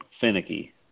finicky